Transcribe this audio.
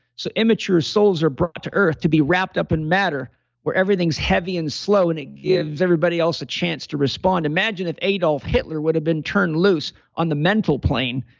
so immature souls are brought to earth to be wrapped up in matter where everything's heavy and slow and it gives everybody else a chance to respond. imagine if adolf hitler would have been turned loose on the mental plane,